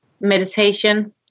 meditation